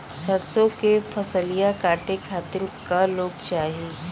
सरसो के फसलिया कांटे खातिन क लोग चाहिए?